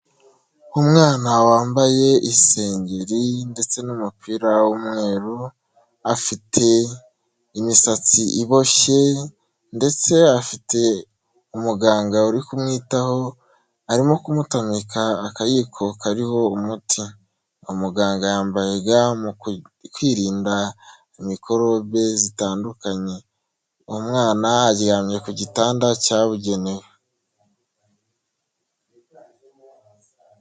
Umwana wambaye isengeri ndetse n'umupira w'umweru, afite imisatsi iboshye, ndetse afite umuganga uri kumwitaho, arimo kumutamika akayiko kariho umuti. Umuganga yambaye ga mu kwirinda mikorobe zitandukanye. Umwana aryamye ku gitanda cyabugenewe.